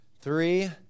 three